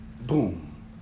boom